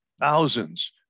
thousands